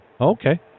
Okay